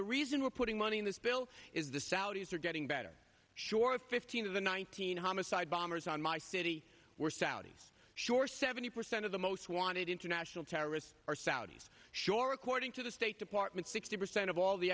the reason we're putting money in this bill is the saudis are getting better short fifteen of the nineteen homicide bombers on my city were saudis shore seventy percent of the most wanted international terrorists are saudis shore according to the state department sixty percent of all the